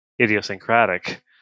Idiosyncratic